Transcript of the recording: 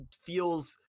feels